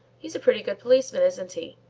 he's a pretty good policeman, isn't he?